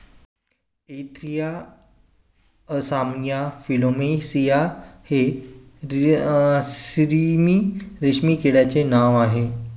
Antheraea assama Philosamia हे ricini रेशीमच्या किड्यांचे नाव आह